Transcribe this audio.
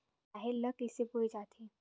राहेर ल कइसे बोय जाथे?